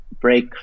break